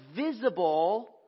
visible